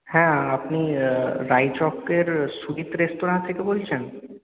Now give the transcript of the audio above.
হ্যাঁ আপনি রায়চকের সুদ্বীপ রেস্তোরাঁ থেকে বলছেন